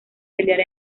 pelear